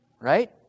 right